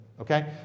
Okay